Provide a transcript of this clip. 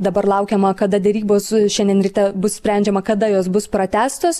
dabar laukiama kada derybos su šiandien ryte bus sprendžiama kada jos bus pratęstos